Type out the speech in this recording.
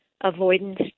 avoidance